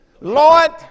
Lord